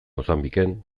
mozambiken